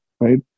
right